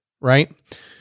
Right